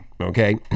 Okay